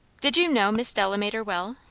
did you know miss delamater well?